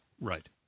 Right